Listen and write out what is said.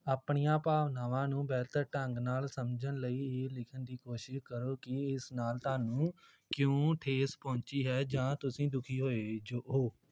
ਆਪਣੀਆਂ ਭਾਵਨਾਵਾਂ ਨੂੰ ਬਿਹਤਰ ਢੰਗ ਨਾਲ ਸਮਝਣ ਲਈ ਇਹ ਲਿਖਣ ਦੀ ਕੋਸ਼ਿਸ਼ ਕਰੋ ਕਿ ਇਸ ਨਾਲ ਤੁਹਾਨੂੰ ਕਿਉਂ ਠੇਸ ਪਹੁੰਚੀ ਹੈ ਜਾਂ ਤੁਸੀਂ ਦੁਖੀ ਹੋਏ ਜੋ ਹੋ